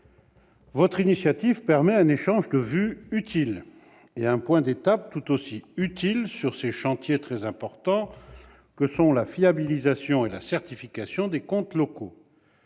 monsieur Delahaye, permet un échange de vues utile, et un point d'étape tout aussi utile sur ces chantiers très importants que sont la fiabilisation et la certification des comptes locaux.